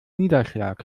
niederschlag